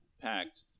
packed